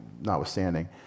notwithstanding